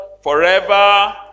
forever